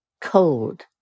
cold